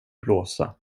blåsa